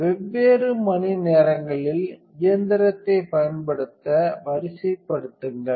வெவ்வேறு மணிநேரங்களில் இயந்திரத்தைப் பயன்படுத்த வரிசைப்படுத்துங்கள்